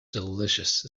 delicious